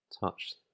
touch